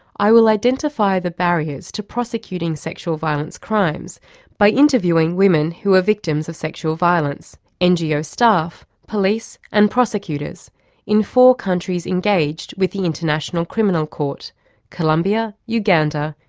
i will identify the barriers to prosecuting sexual violence crimes by interviewing women who are victims of sexual violence, ngo staff, police and prosecutors in four countries engaged with the international criminal court colombia, uganda,